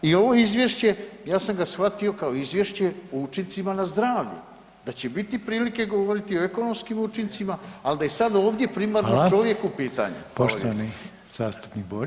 I ovo izvješće ja sam ga shvatio kao izvješće o učincima na zdravlje, da će biti prilike govoriti o ekonomskim učincima, ali da je sad ovdje primarno čovjek u pitanju.